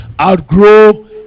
outgrow